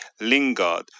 Lingard